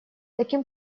таким